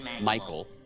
Michael